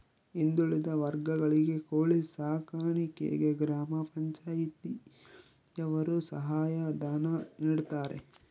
ಹಿಂದುಳಿದ ವರ್ಗಗಳಿಗೆ ಕೋಳಿ ಸಾಕಾಣಿಕೆಗೆ ಗ್ರಾಮ ಪಂಚಾಯ್ತಿ ಯವರು ಸಹಾಯ ಧನ ನೀಡ್ತಾರೆ